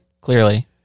Clearly